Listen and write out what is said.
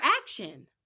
action